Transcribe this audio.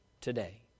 today